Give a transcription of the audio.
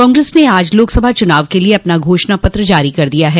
कांग्रेस ने आज लोकसभा चुनाव के लिए अपना घोषणा पत्र जारी कर दिया है